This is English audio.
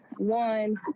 one